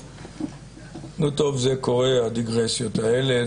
נו, טוב, זה קורה, הדיגרסיות האלה.